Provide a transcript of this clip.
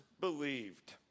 believed